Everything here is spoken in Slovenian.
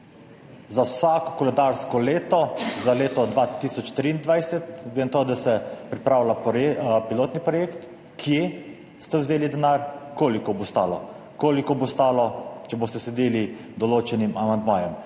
za vsako koledarsko leto, za leto 2023, glede na to, da se pripravlja pilotni projekt, kje ste vzeli denar, koliko bo stalo, koliko bo stalo, če boste sledili določenim amandmajem,